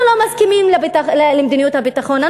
אנחנו לא מסכימים למדיניות הביטחון,